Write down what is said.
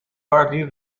party